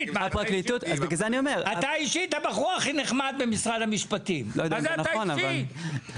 אתה הבחור הכי נחמד במשרד המשפטים, אז אתה אישית?